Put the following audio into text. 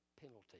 penalty